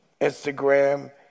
Instagram